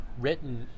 written